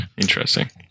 interesting